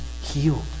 healed